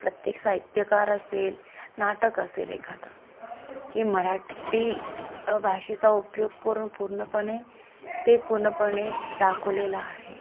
प्रत्येक साहित्यकार असेल नाटक असेल एखादं की मराठी भाषेचा उपयोग करून पूर्णपणे ते पूर्णपणे दाखवलेलं आहे